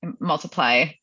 multiply